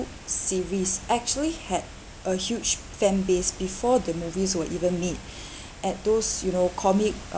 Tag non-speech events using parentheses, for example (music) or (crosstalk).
series actually had a huge fan base before the movies were even made (breath) at those you know comic